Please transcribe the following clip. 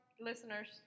listeners